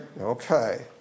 Okay